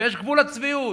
ויש גבול לצביעות.